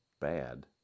bad